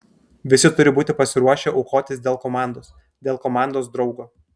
visi turi būti pasiruošę aukotis dėl komandos dėl komandos draugo